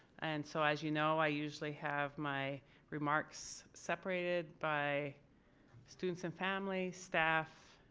and so as you know i usually have my remarks separated by students and family, staff,